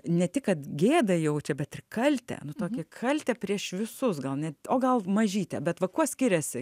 ne tik kad gėdą jaučia bet ir kaltę nu tokią kaltę prieš visus gal net o gal mažytę bet va kuo skiriasi